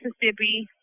Mississippi